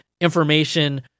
information